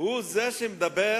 הוא זה שמדבר